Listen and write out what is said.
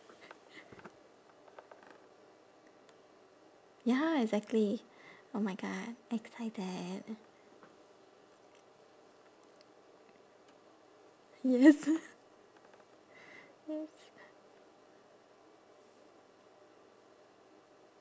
ya exactly oh my god excited yes yes